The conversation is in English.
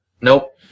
Nope